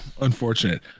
unfortunate